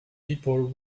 people